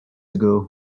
ago